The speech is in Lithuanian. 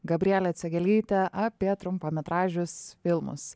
gabriele cegialyte apie trumpametražius filmus